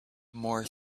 more